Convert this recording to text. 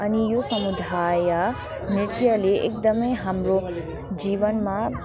अनि यो समुदाय नृत्यले एकदमै हाम्रो जीवनमा